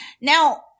Now –